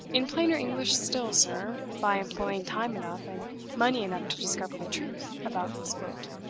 in plainer english still, sir, by employing time enough and money enough to discover the truth about miss gwilt.